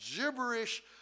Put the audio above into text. gibberish